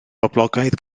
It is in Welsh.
boblogaidd